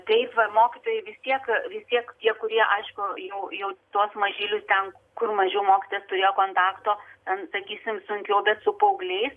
taip va mokytojai vis tiek vis tiek tie kurie aišku jau jau tuos mažylius ten kur mažiau mokytojas turėjo kontakto ten sakysim sunkiau bet su paaugliais